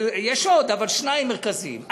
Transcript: יש עוד, אבל שניים מרכזיים.